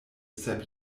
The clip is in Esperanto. sep